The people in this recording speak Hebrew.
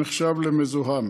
שנחשב למזוהם.